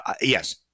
yes